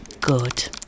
good